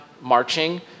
marching